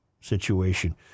situation